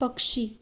पक्षी